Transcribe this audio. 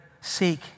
seek